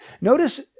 Notice